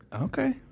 Okay